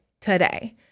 today